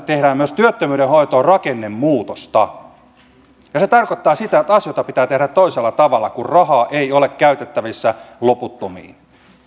teemme myös työttömyyden hoitoon rakennemuutosta se tarkoittaa sitä että asioita pitää tehdä toisella tavalla kun rahaa ei ole käytettävissä loputtomiin